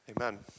Amen